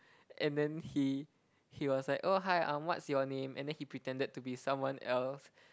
and then he he was like oh hi um what's your name and then he pretended to be someone else